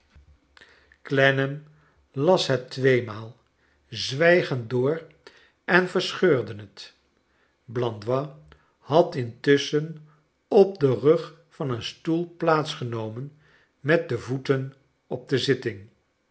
clennam las het tweemaal zwijgend door en verscheurde het blandois had intusschen op den rug van een stoel plaats genomen met de voeten op de zitting